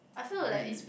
really